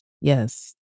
Yes